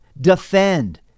defend